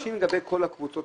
מבקשים לגבי כל הקבוצות.